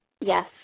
Yes